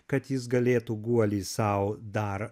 kad jis galėtų guolį sau dar